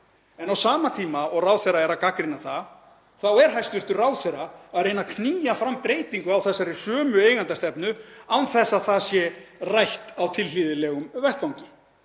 En á sama tíma og hæstv. ráðherra er að gagnrýna það er ráðherra að reyna að knýja fram breytingu á þessari sömu eigendastefnu án þess að það sé rætt á tilhlýðilegum vettvangi.